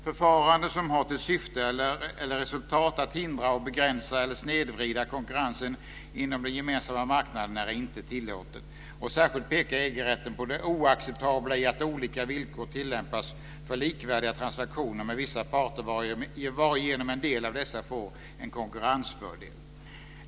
Förfaranden som har till syfte eller resultat att hindra, begränsa eller snedvrida konkurrensen inom den gemensamma marknaden är inte tillåtna. Särskilt pekar EG-rätten på det oacceptabla i att olika villkor tillämpas för likvärdiga transaktioner med vissa parter varigenom en del av dessa får en konkurrensfördel.